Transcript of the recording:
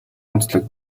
онцлог